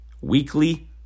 weekly